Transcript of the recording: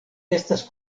estas